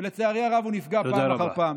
ולצערי הרב הוא נפגע פעם אחר פעם.